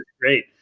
great